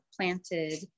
planted